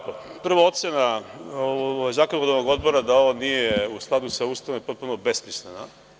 Prvo, ocena Zakonodavnog odbora da ovo nije u skladu sa Ustavom je potpuno besmislena.